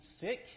sick